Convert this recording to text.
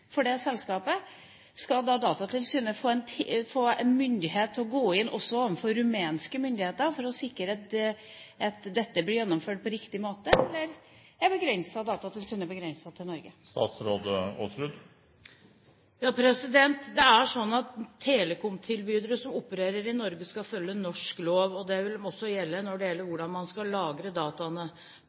for det selskapet – skal da Datatilsynet få myndighet til å gå inn overfor rumenske myndigheter for å sikre at dette blir gjennomført på riktig måte? Eller er Datatilsynet begrenset til Norge? Det er slik at telekomtilbydere som opererer i Norge, skal følge norsk lov, og det vil også gjelde for hvordan de skal lagre dataene.